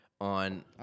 on